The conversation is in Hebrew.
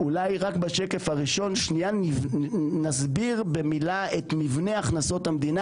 אולי רק בשקף הראשון שנייה נסביר במילה את מבנה הכנסות המדינה,